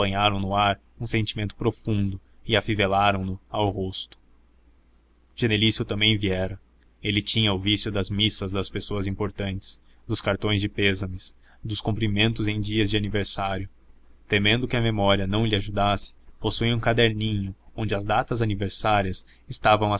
apanharam no ar um sentimento profundo e afivelaram no ao rosto genelício também viera ele tinha o vício das missas das pessoas importantes dos cartões de pêsames dos cumprimentos em dias de aniversário temendo que a memória não lhe ajudasse possuía um caderninho onde as datas aniversárias estavam